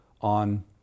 on